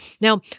Now